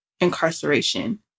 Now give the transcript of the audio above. incarceration